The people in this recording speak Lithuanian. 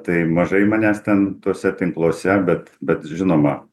tai mažai manęs ten tuose tinkluose bet bet žinoma